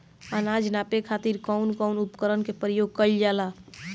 अनाज नापे खातीर कउन कउन उपकरण के प्रयोग कइल जाला?